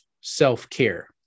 self-care